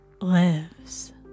lives